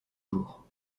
jour